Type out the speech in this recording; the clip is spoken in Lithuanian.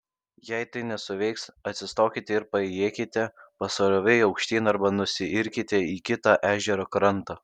jei tai nesuveiks atsistokite ir paėjėkite pasroviui aukštyn arba nusiirkite į kitą ežero krantą